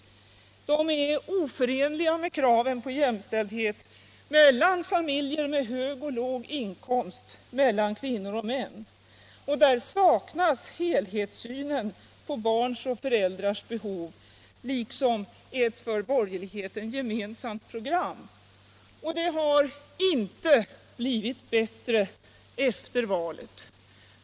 De är oförenliga med kraven på jämställdhet mellan familjer med hög och låg inkomst, mellan kvinnor och män. Där saknas helhetssynen på barns och föräldrars behov liksom ett för borgerligheten gemensamt program. Det har inte blivit bättre efter valet.